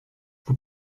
vous